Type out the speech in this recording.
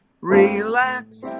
relax